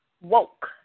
Woke